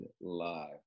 live